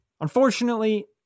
Unfortunately